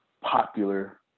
popular